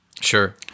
Sure